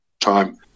time